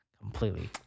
completely